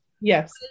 yes